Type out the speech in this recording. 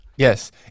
Yes